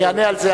אני אענה על זה,